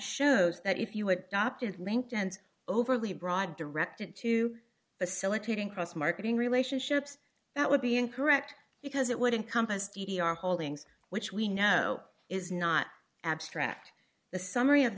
shows that if you adopt is linked and overly broad directed to the silicon cross marketing relationships that would be incorrect because it would encompass g d r holdings which we know is not abstract the summary of